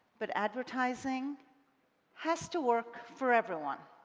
but advertising has to work for everyone.